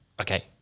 okay